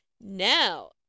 now